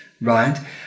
right